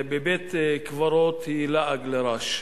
בבית-קברות היא לעג לרש.